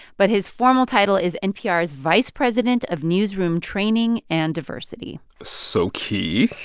but his formal title is npr's vice president of newsroom training and diversity so, keith,